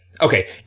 Okay